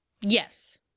Yes